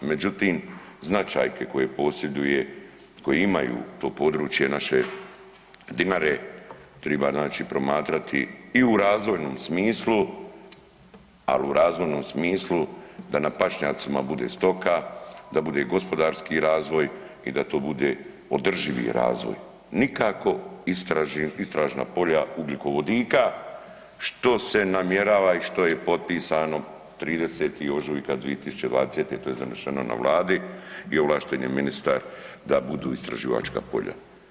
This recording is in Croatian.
Međutim, značajke koje posjeduje koje imaju to područje naše Dinare triba znači promatrati i u razvojnom smislu, al u razvojnom smislu da na pašnjacima bude stoka, da bude gospodarski razvoj i da to bude održivi razvoj nikako istražna polja ugljikovodika što se namjerava i što je potpisano 30. ožujka 2020., to je doneseno na Vladi i ovlašten je ministar da budu istraživačka polja.